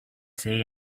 say